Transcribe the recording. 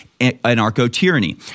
anarcho-tyranny